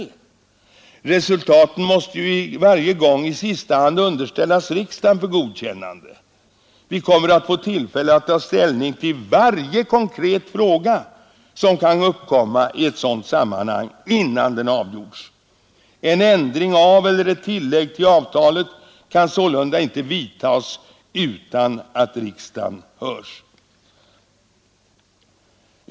12 december 1972 Resultaten måste ju varje gång i sista hand underställas riksdagen för — oo ooo =godkännande. Vi kommer att få tillfälle att ta ställning till varje konkret Avtal med EEC, fråga, som kan uppkomma i ett sådant sammanhang, innan den avgjorts. mm. En ändring av eller ett tillägg till avtalet kan sålunda inte vidtas utan att riksdagen hörs.